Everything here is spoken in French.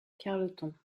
carleton